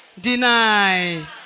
Deny